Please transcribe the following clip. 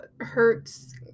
hurts